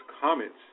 comments